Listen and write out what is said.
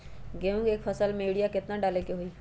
गेंहू के एक फसल में यूरिया केतना डाले के होई?